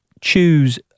choose